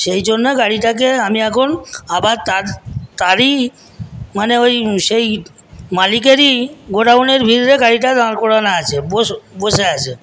সেই জন্য গাড়িটাকে আমি এখন আবার তার তারই মানে ওই সেই মালিকেরই গোডাউনের ভিতরে গাড়িটা দাঁড় করানো আছে বসে আছে